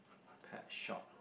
pet shop